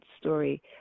story